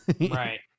right